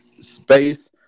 space